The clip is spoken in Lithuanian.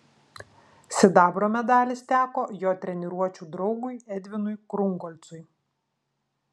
sidabro medalis teko jo treniruočių draugui edvinui krungolcui